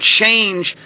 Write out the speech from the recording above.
change